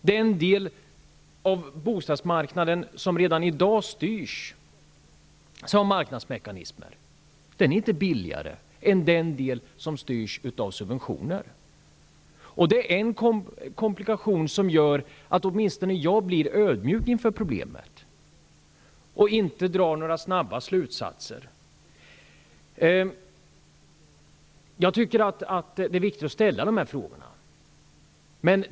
Den del av bostadsmarknaden som redan i dag styrs av marknadsmekanismer är inte billigare än den del som styrs av subventioner. Detta är en komplikation som gör att åtminstone jag blir ödmjuk inför problemet och inte drar några snabba slutsatser. Det är viktigt att ställa de här frågorna.